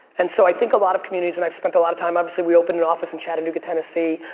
and so, i think a lot of communities, and i've spent a lot of time, obviously we opened an office in chattanooga, tennessee.